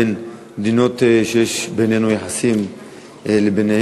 בין מדינות שיש בינינו לבינן יחסים דיפלומטיים,